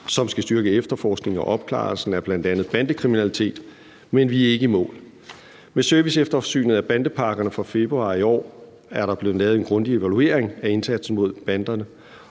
som skal styrke efterforskningen og opklaringen af bl.a. bandekriminalitet, men vi er ikke i mål. Med serviceeftersynet af bandepakkerne fra februar i år er der blevet lavet en grundig evaluering af indsatsen mod banderne,